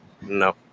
No